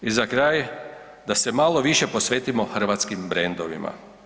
I za kraj da se malo više posvetimo hrvatskim brendovima.